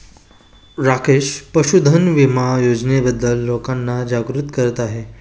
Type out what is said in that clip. राकेश पशुधन विमा योजनेबद्दल लोकांना जागरूक करत आहे